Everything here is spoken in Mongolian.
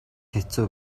хэцүү